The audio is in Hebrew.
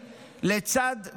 לצד,